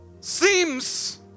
Seems